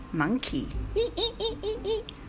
Monkey